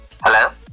Hello